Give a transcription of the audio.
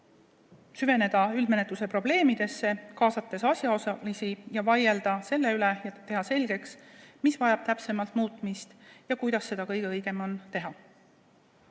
süveneda üldmenetluse probleemidesse, kaasates asjaosalisi ja teha vaieldes selgeks, mis täpsemalt vajab muutmist ja kuidas seda kõige õigem on teha.